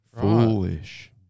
Foolish